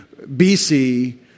BC